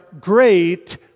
great